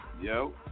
Yo